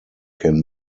can